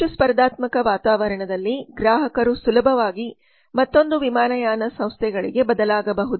ಹೆಚ್ಚು ಸ್ಪರ್ಧಾತ್ಮಕ ವಾತಾವರಣದಲ್ಲಿ ಗ್ರಾಹಕರು ಸುಲಭವಾಗಿ ಮತ್ತೊಂದು ವಿಮಾನಯಾನ ಸಂಸ್ಥೆಗಳಿಗೆ ಬದಲಾಗಬಹುದು